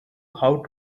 how